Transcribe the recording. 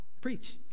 preach